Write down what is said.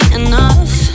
enough